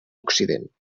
occident